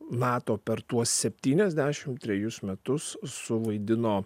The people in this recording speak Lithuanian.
nato per tuos septyniasdešim trejus metus suvaidino